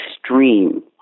extreme